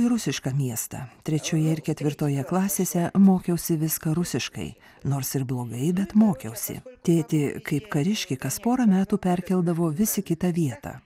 į rusišką miestą trečioje ir ketvirtoje klasėse mokiausi viską rusiškai nors ir blogai bet mokiausi tėtį kaip kariškį kas porą metų perkeldavo vis į kitą vietą